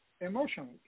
emotionally